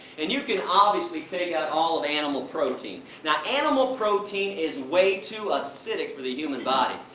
and you can obviously take out all of animal protein. now animal protein is way too acidic for the human body.